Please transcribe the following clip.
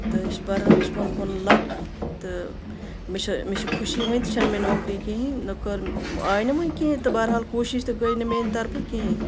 تہٕ بہرحال یہِ چھُ پَنُن پَنُن لک تہٕ مےٚ چھِ مےٚ چھِ خُوشی وَنہِ تہِ چھےٚ نہٕ مےٚ نوکری کِہینۍ نہ کٔر آیہ نہٕ وونۍ کِہینۍ تہٕ بہرحال کوٗشِش تہِ گٔیے نہٕ میانہِ طرفہٕ کِہینۍ